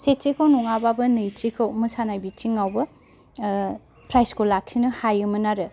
सेथिखौ नङाबाबो नैथिखौ मोसानाय बिथिङावबो प्राइज खौ लाखिनो हायोमोन आरो